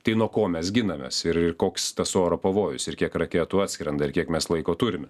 tai nuo ko mes ginamės ir ir koks tas oro pavojus ir kiek raketų atskrenda ir kiek mes laiko turime